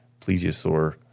plesiosaur